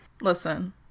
listen